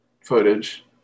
footage